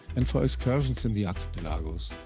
and for excursions in the archipelagos.